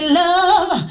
love